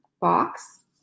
box